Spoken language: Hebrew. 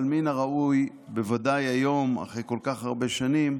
אבל מן הראוי, בוודאי היום, אחרי כל כך הרבה שנים,